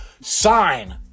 sign